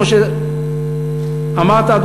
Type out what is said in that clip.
כמו שאמרת,